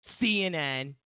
CNN